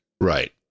Right